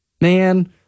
man